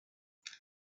فرض